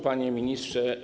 Panie Ministrze!